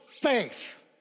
faith